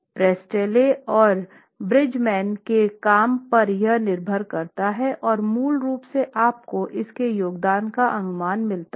Priestley और Bridgman के काम पर यह निर्भर करता है और मूल रूप से आपको इसके योगदान का अनुमान मिलता है